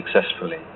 successfully